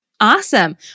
Awesome